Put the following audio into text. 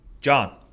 john